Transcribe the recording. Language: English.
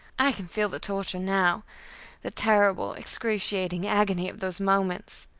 i can feel the torture now the terrible, excruciating agony of those moments.